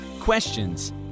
questions